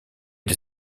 des